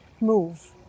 move